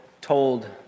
told